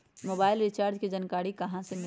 Mobile recharge के जानकारी कहा से मिलतै?